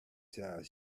child